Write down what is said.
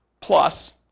plus